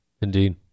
indeed